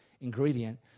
ingredient